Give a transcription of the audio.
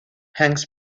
hangs